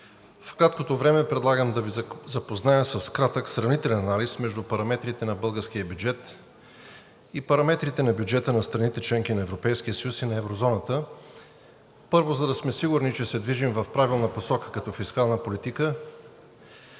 В краткото време предлагам да Ви запозная с кратък сравнителен анализ между параметрите на българския бюджет и параметрите на бюджета на страните – членки на Европейския съюз и на еврозоната, първо, за да сме сигурни, че се движим в правилна посока като фискална политика